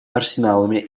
арсеналами